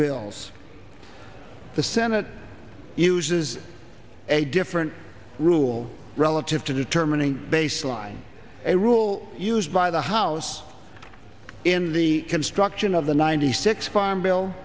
bills the senate uses a different rule relative to determining baseline a rule used by the house in the construction of the ninety six farm bill